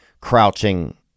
crouching